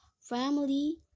family